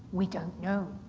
we don't know.